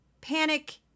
panic